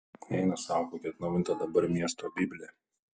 eina sau kokia atnaujinta dabar miesto biblė